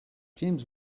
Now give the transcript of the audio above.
james